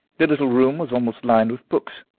the little room was almost lined with books.